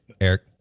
Eric